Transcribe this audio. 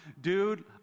dude